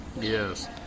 yes